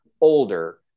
older